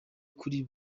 kuri